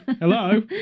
hello